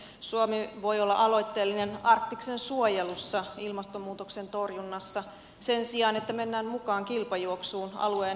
suomi voi olla aloitteellinen arktiksen suojelussa ja ilmastonmuutoksen torjunnassa sen sijaan että menemme mukaan kilpajuoksuun alueen hyödyntämisestä